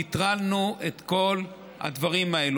נטרלנו את כל הדברים האלה.